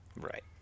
Right